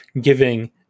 giving